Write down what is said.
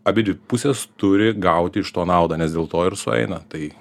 abidvi pusės turi gauti iš to naudą nes dėl to ir sueina tai